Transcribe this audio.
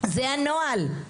זה הנוהל.